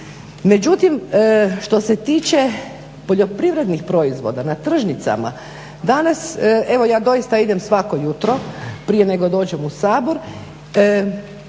Međutim, što se tiče poljoprivrednih proizvoda na tržnicama danas, evo ja doista idem svako jutro prije nego dođem u Sabor